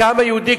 כעם היהודי,